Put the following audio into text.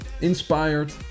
inspired